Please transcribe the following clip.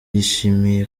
yishimiye